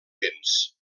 vents